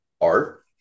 art